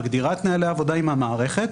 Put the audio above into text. מגדירה את נוהלי העבודה עם המערכת,